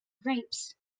grapes